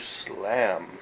slam